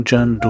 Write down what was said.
John